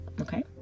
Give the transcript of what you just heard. Okay